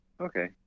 Okay